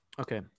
Okay